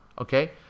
Okay